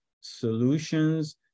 solutions